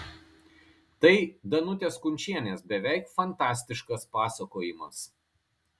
tai danutės kunčienės beveik fantastiškas pasakojimas